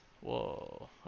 Whoa